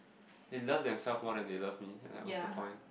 they love themselves more than they love me and like what's the point